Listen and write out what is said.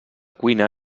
cuina